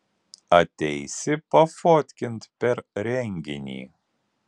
ateisi pafotkint per renginį